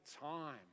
time